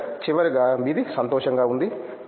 శంకరన్ చివరగా ఇది సంతోషంగా ఉంది